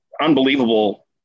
unbelievable